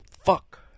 fuck